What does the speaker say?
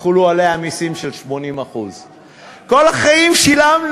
יחולו עליה מסים של 80%. שנתיים, כל החיים שילמנו.